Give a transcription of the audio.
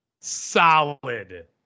Solid